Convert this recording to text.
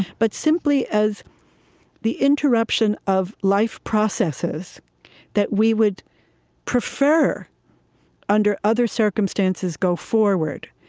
but simply as the interruption of life processes that we would prefer under other circumstances go forward,